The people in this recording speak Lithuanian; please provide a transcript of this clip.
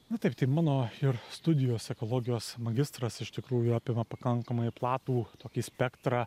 na taip tai mano ir studijos ekologijos magistras iš tikrųjų apima pakankamai platų tokį spektrą